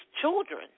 children